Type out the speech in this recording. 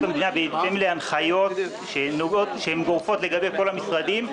המדינה בהתאם להנחיות שגורפות לגבי כל המשרדים.